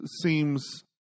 seems